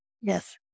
Yes